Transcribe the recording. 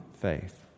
faith